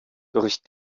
durch